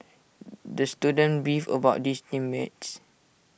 the student beefed about his team mates